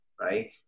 right